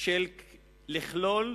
של לכלול